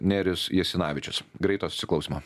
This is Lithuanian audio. nerijus jasinavičius greito susiklausymo